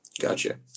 Gotcha